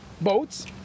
boats